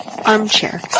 Armchair